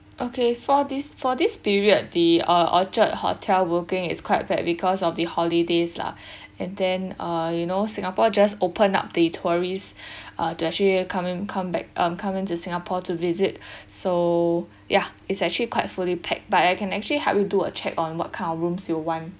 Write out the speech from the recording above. okay for this for this period the uh orchard hotel booking is quite bad because of the holidays lah and then uh you know singapore just open up the tourists that actually coming come back um coming to singapore to visit so ya it's actually quite fully packed but I can actually help you do a check on what kind of rooms you want